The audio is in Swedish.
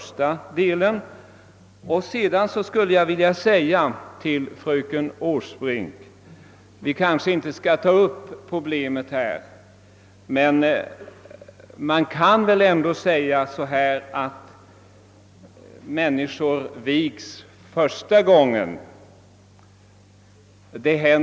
Sedan skulle jag vilja säga till fröken Åsbrink, även om vi kanske inte skall ta upp det problemet här, att man väl ändå bör hålla isär de olika begreppen.